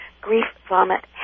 grief-vomit